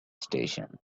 station